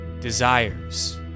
desires